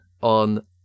on